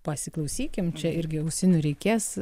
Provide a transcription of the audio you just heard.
pasiklausykim čia irgi ausinių reikės